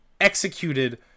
executed